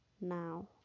Now